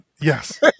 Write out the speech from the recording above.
Yes